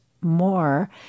more